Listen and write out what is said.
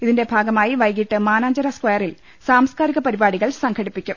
ഇതിന്റെ ഭാഗമായി വൈകീട്ട് മാനാഞ്ചിറ സ്ക്യറിൽ സാംസ്കാരിക പരിപാടികൾ സംഘടിപ്പിക്കും